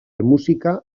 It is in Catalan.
música